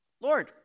Lord